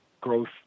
growth